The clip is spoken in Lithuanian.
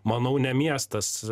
manau ne miestas